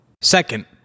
Second